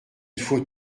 faut